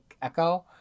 echo